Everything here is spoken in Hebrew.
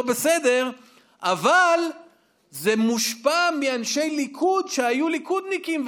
בסדר אבל זה מושפע מאנשי ליכוד שהיו ליכודניקים,